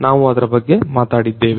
ನಾವು ಅದರ ಬಗ್ಗೆ ಮಾತಾಡಿದ್ದೇವೆ